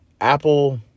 Apple